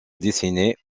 dessinée